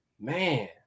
man